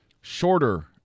shorter